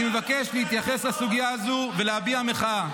אני מבקש להתייחס לסוגיה הזו ולהביע מחאה.